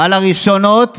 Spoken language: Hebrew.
על הראשונות